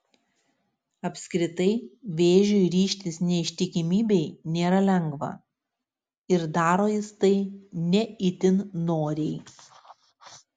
apskritai vėžiui ryžtis neištikimybei nėra lengva ir daro jis tai ne itin noriai